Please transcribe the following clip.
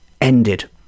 ended